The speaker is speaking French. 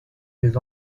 des